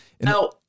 Now